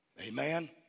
Amen